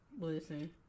Listen